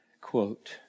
quote